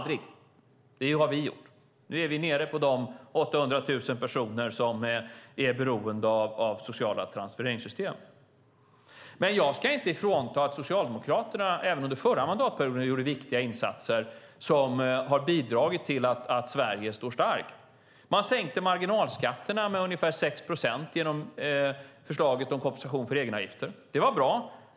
Det har vi gjort. Nu är vi nere på de 800 000 personer som är beroende av sociala transfereringssystem. Men jag ska inte frånta Socialdemokraterna att de även under sin förra mandatperiod gjorde viktiga insatser som har bidragit till att Sverige står starkt. De sänkte marginalskatterna med ungefär 6 procent genom förslaget om kompensation för egenavgifter. Det var bra.